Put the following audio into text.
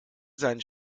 seinen